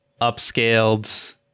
upscaled